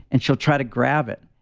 and she'll try to grab it,